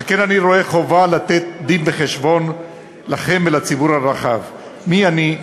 על כן אני רואה חובה לתת דין-וחשבון לכם ולציבור הרחב: מי אני,